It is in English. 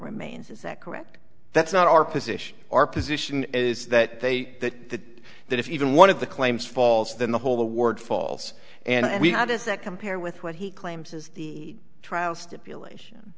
remains is that correct that's not our position our position is that they that that if even one of the claims falls then the whole the word falls and we have does that compare with what he claims is the trial stipulation